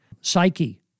psyche